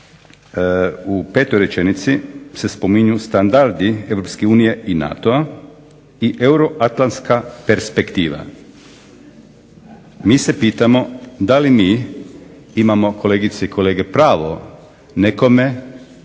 U 5. rečenici se spominju standardi EU i NATO-a i euroatlantska perspektiva. Mi se pitamo da li mi kolegice i kolegice imamo pravo nekome